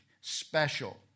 special